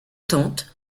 tentes